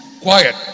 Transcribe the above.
Quiet